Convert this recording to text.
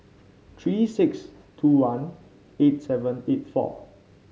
three six two one eight seven eight four